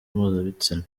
mpuzabitsina